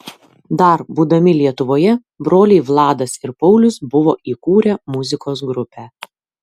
dar būdami lietuvoje broliai vladas ir paulius buvo įkūrę muzikos grupę